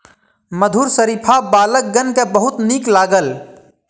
मधुर शरीफा बालकगण के बहुत नीक लागल